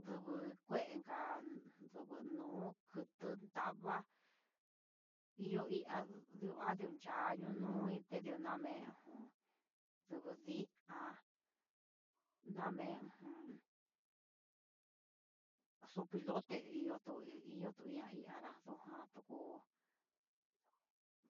Ndugu kuenka ngunuu nduku taba'a, iho ihá nduan nducha ihó, nui nunamen ujun ndudi'a, namen ujun sopilote ihotu ihotu anradó, jan tuku